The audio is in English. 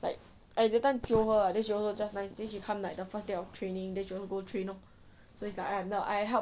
I that time jio her lah then she also just nice then she come like the first day of training then she also go train lor so it's like I am the I help